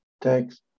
text